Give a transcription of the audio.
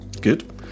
Good